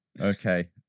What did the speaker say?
Okay